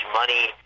money